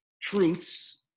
truths